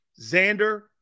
Xander